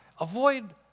Avoid